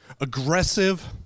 aggressive